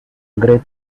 great